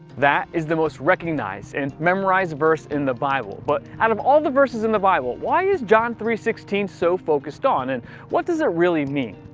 that is the most recognized and memorized verse in the bible, but out of all the verses in the bible, why is john three sixteen so focused on, and what does it really mean?